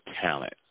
talent